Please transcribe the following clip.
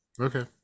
Okay